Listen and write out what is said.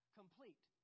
complete